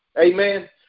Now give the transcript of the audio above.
amen